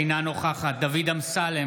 אינה נוכחת דוד אמסלם,